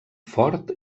fort